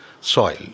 soil